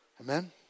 Amen